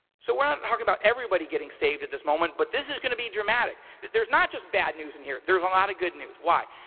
so we're not and talking about everybody getting saved at this moment, but this is gonna be dramatic. there's not just bad news in here. there's a lot of good news. why?